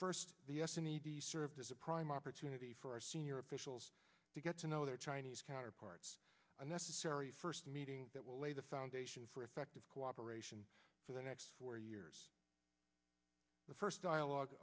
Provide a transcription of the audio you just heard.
first the s n e d serves as a prime opportunity for our senior officials to get to know their chinese counterparts a necessary first meeting that will lay the foundation for effective cooperation for the next four years the first dialogue